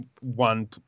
one